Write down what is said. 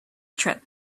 trip